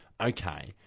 okay